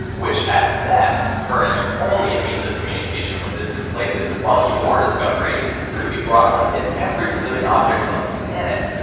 which at best furnished only a means of communication with distant places, while your discovery could be brought home to every living object on the planet.